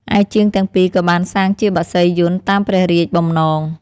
ឯជាងទាំងពីរក៏បានសាងជាបក្សីយន្តតាមព្រះរាជបំណង។